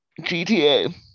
GTA